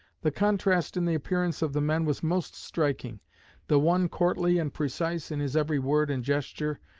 the contrast in the appearance of the men was most striking the one courtly and precise in his every word and gesture,